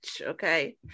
Okay